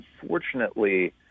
unfortunately